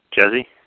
Jesse